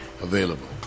Available